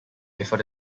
before